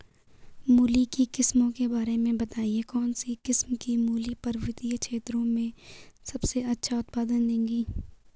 मूली की किस्मों के बारे में बताइये कौन सी किस्म की मूली पर्वतीय क्षेत्रों में सबसे अच्छा उत्पादन देंगी?